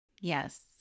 yes